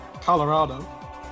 Colorado